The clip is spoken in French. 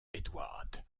edward